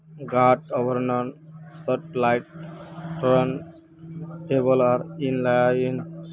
गांठ आवरण satellite turn table are in line